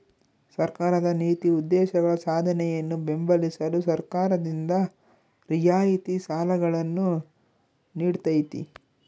ಸರ್ಕಾರದ ನೀತಿ ಉದ್ದೇಶಗಳ ಸಾಧನೆಯನ್ನು ಬೆಂಬಲಿಸಲು ಸರ್ಕಾರದಿಂದ ರಿಯಾಯಿತಿ ಸಾಲಗಳನ್ನು ನೀಡ್ತೈತಿ